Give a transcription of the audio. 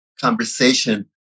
conversation